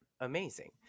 amazing